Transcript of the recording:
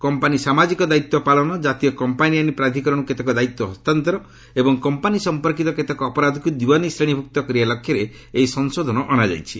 company ସାମାଜିକ ଦାୟିତ୍ୱ ପାଳନ ଜାତୀୟ କମ୍ପାନୀ ଆଇନ୍ ପ୍ରାଧିକରଣକୁ କେତେକ ଦାୟିତ୍ୱ ହସ୍ତାନ୍ତର ଏବଂ କମ୍ପାନୀ ସମ୍ପର୍କୀତ କେତେକ ଅପରାଧକୁ ଦିୱାନୀ ଶ୍ରେଣୀଭୁକ୍ତ କରିବା ଲକ୍ଷ୍ୟରେ ଏହି ସଂଶୋଧନ ଅଣାଯାଇଛି